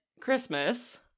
Christmas